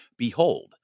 Behold